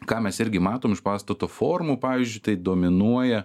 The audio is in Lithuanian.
ką mes irgi matom iš pastato formų pavyzdžiui tai dominuoja